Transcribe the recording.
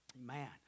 Man